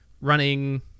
running